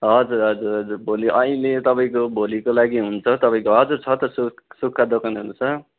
हजुर हजुर हजुर भोलि अहिले तपाईँको भोलिको लागि हुन्छ तपाईँको हजुर छ त सुक् सुक्खा दोकानहरू छ